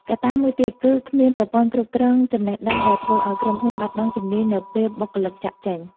កត្តាមួយទៀតគឺ គ្មានប្រព័ន្ធគ្រប់គ្រងចំណេះដឹង ដែលធ្វើឱ្យក្រុមហ៊ុនបាត់បង់ជំនាញនៅពេលបុគ្គលិកចាកចេញ។